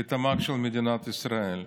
לתמ"ג של מדינת ישראל.